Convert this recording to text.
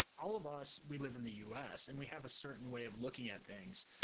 all of us, we live in the us and we have a certain way of looking at things.